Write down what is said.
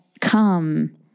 come